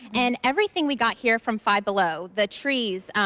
and everything we got here from five below, the trees,